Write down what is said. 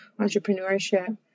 entrepreneurship